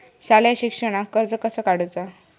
शालेय शिक्षणाक कर्ज कसा काढूचा?